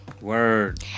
Word